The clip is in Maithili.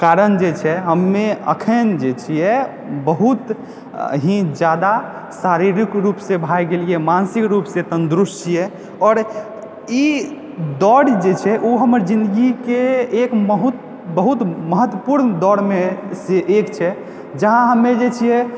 कारण जे छै हम्मे अखन जे छियै बहुत ही ज़्यादा शारीरिक रूप से भए गेलिए मानसिक रूप से तंदूरुस्त छियै आओर ई दौड़ जे छै ओ हमर ज़िंदगी के एक महत्व बहुत महत्वपूर्ण दौड़मे से एक छै जहाँ हमे जे छियै